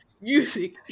Music